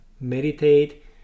Meditate